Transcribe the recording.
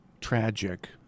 tragic